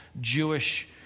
Jewish